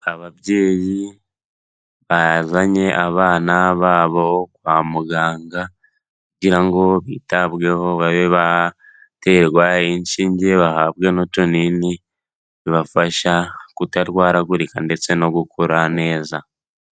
Ababyeyi bazanye abana babo kwa muganga kugira ngo bitabweho babe baterwa inshinge bahabwe n'utunini, tubafasha kutarwaragurika ndetse no gukura neza.